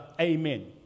amen